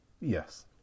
Yes